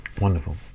Wonderful